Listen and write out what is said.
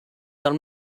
del